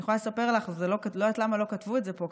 אני יכולה לספר לך לא יודעת למה לא כתבו את זה פה,